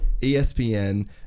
ESPN